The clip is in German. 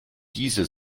diese